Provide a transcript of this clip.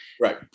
Right